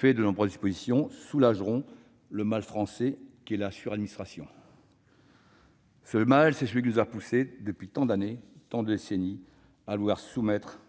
pays. De nombreuses dispositions soulageront le mal français qu'est la suradministration, ce mal qui nous pousse, depuis tant d'années, tant de décennies, à soumettre